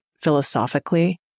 philosophically